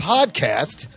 Podcast